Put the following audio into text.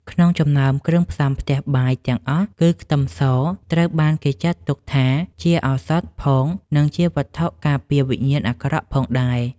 ក្នុងចំណោមគ្រឿងផ្សំផ្ទះបាយទាំងអស់គឺខ្ទឹមសត្រូវបានគេចាត់ទុកថាជាឱសថផងនិងជាវត្ថុការពារវិញ្ញាណអាក្រក់ផងដែរ។